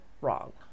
wrong